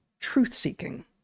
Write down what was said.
truth-seeking